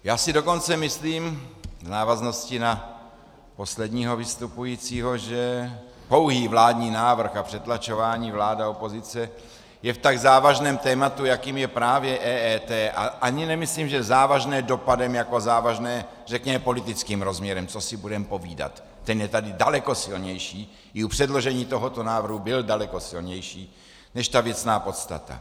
Já si dokonce myslím, v návaznosti na posledního vystupujícího, že pouhý vládní návrh a přetlačování vláda opozice je v tak závažném tématu, jakým je právě EET, a ani nemyslím, že závažné dopadem jako závažné řekněme politickým rozměrem, co si budeme povídat, ten je tady daleko silnější, i u předložení tohoto návrhu byl daleko silnější než ta věcná podstata.